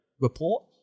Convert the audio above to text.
report